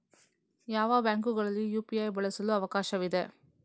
ಯಾವ ಬ್ಯಾಂಕುಗಳಲ್ಲಿ ಯು.ಪಿ.ಐ ಬಳಸಲು ಅವಕಾಶವಿದೆ?